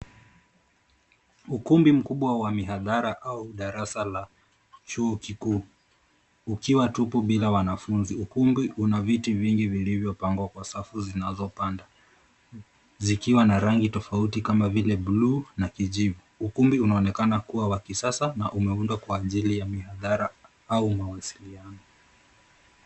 Ukumbi mkubwa wa mihadhara au darasa la chuo kikuu ukiwa tupu bila wanafunzi. Ukumbi una viti vingi vilivyopangwa kwa safu zinazopanda zikiwa na rangi tofauti kama vile bluu na kijivu. Ukumbi unaonekana kuwa wa kisasa na umeundwa kwa ajili ya mihadhara au mawasiliano.